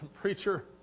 preacher